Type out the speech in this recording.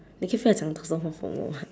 你可以不要讲到那么 formal mah